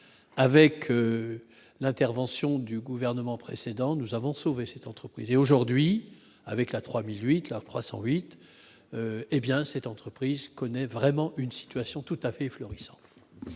avec l'intervention du gouvernement précédent, nous avons sauver cette entreprise et aujourd'hui avec la 3008, car 308 hé bien cette entreprise connaît vraiment une situation tout à fait florissant